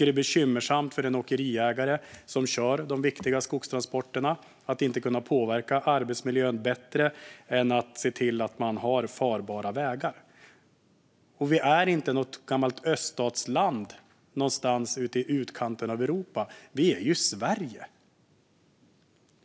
Det är bekymmersamt att den åkeriägare som kör de viktiga skogstransporterna inte kan påverka arbetsmiljön och se till att man har farbara vägar. Vi är inte något gammalt öststatsland någonstans i utkanten av Europa. Vi är ju Sverige!